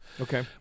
Okay